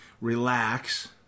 relax